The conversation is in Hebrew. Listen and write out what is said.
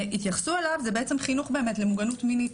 התייחסו אליו, זה חינוך למוגנות מינית.